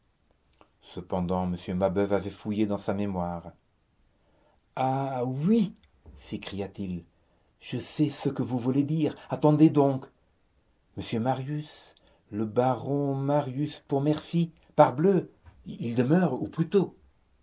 cependant m mabeuf avait fouillé dans sa mémoire ah oui s'écria-t-il je sais ce que vous voulez dire attendez donc monsieur marius le baron marius pontmercy parbleu il demeure ou plutôt